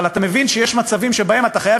אבל אתה מבין שיש מצבים שבהם אתה חייב